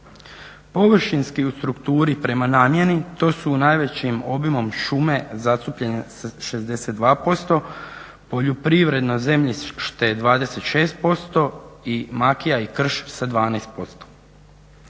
Površinski u strukturi prema namjeni to su u najvećim obimom šume zastupljene 62%, poljoprivredno zemljište 26% i makija i krš sa 12%.